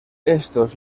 estos